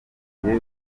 bukaba